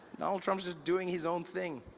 donald trump's just doing his own thing